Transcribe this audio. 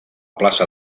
plaça